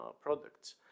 products